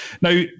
Now